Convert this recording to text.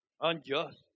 unjust